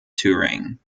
touring